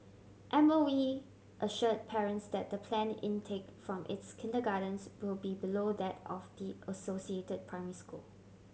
M O E assure parents that the planned intake from its kindergartens will be below that of the associated primary school